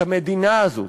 את המדינה הזאת,